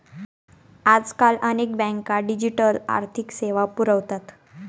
आजकाल अनेक बँका डिजिटल आर्थिक सेवा पुरवतात